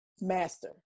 master